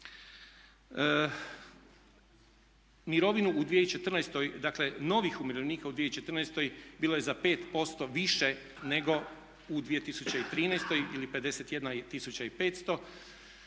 Mirovinu u 2014., dakle novih umirovljenika u 2014. bilo je za 5% više nego u 2013. ili 51 500,